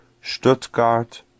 Stuttgart